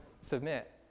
submit